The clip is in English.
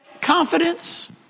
confidence